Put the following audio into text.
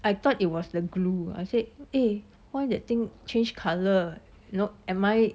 I thought it was the glue I say eh why that thing change colour no~ am